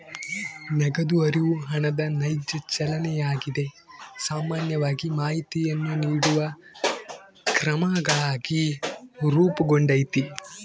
ನಗದು ಹರಿವು ಹಣದ ನೈಜ ಚಲನೆಯಾಗಿದೆ ಸಾಮಾನ್ಯವಾಗಿ ಮಾಹಿತಿಯನ್ನು ನೀಡುವ ಕ್ರಮಗಳಾಗಿ ರೂಪುಗೊಂಡೈತಿ